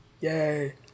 Yay